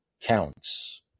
counts